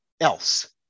else